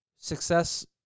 success